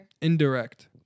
indirect